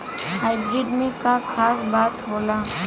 Hybrid में का खास बात होला?